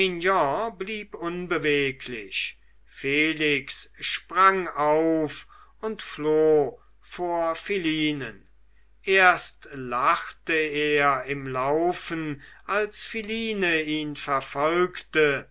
blieb unbeweglich felix sprang auf und floh vor philinen erst lachte er im laufen als philine ihn verfolgte